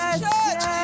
church